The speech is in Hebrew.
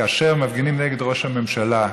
כאשר מפגינים נגד ראש הממשלה,